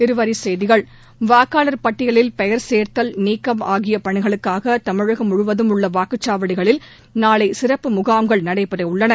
இருவரிச் செய்திகள் வாக்காளர் பட்டியல் பெயர் சேர்த்தல் நீக்கம் ஆகிய பணிகளுக்காக தமிழகம் முழுவதும் உள்ள வாக்குச்சாவடிகளில் சிறப்பு முகாம்கள் நாளை நடைபெறவுள்ளன